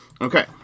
Okay